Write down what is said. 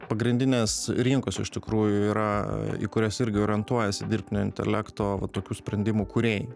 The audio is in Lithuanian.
pagrindinės rinkos iš tikrųjų yra į kurias irgi orientuojasi dirbtinio intelekto va tokių sprendimų kūrėjai